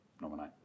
nominate